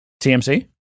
TMC